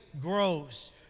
grows